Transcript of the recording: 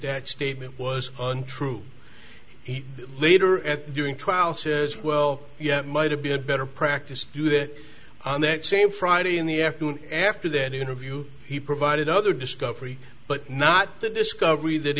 that statement was untrue he later at during trial says well yes my to be a better practice you hit on that same friday in the afternoon after that interview he provided other discovery but not the discovery that